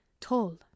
tall